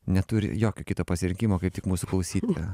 neturi jokio kito pasirinkimo kaip tik mūsų klausyti